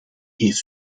heeft